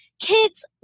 Kids